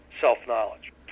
self-knowledge